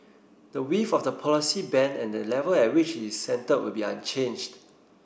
the width of the policy band and the level at which it is centred will be unchanged